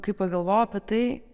kai pagalvojau apie tai